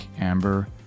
Amber